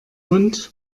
und